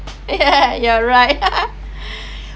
yeah you're right